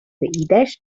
ایدهاش